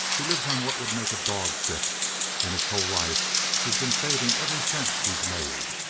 he lives on what would make a dog sick and his whole life he's been saving every cent he's made.